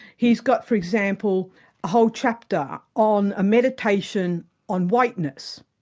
he's got for example a whole chapter on a meditation on whiteness.